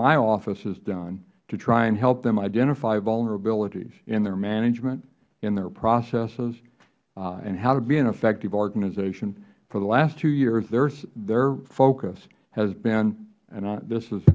my office has done to try to help them identify vulnerabilities in their management in their processes and how to be an effective organization for the last two years their focus has been and this is